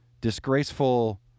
disgraceful